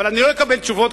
אבל אני לא אקבל תשובות,